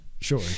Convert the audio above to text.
sure